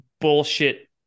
bullshit